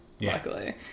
luckily